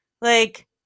Like-